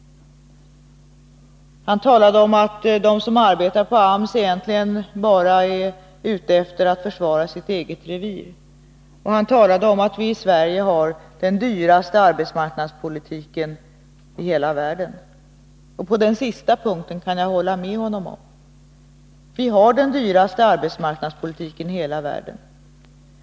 Han har sagt att de som arbetar på AMS egentligen bara är ute efter att försvara sitt eget revir. Han har också sagt att vi i Sverige har den dyraste arbetsmarknadspolitiken i hela världen. På den senare punkten kan jag hålla med honom. Vi har, som sagt, den dyraste arbetsmarknadspolitiken i hela världen.